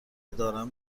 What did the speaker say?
دارم